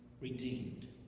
redeemed